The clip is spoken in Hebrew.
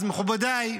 אז מכובדיי,